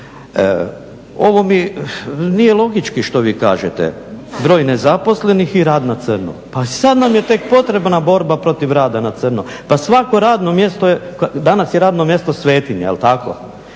Ovo mi nije logički što vi kažete, broj nezaposlenih i rad na crno a sad nam je tek potrebna borba protiv rada na crno, pa svako radno mjesto, danas je radno mjesto svetinja, jel tako?